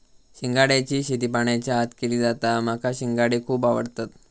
शिंगाड्याची शेती पाण्याच्या आत केली जाता माका शिंगाडे खुप आवडतत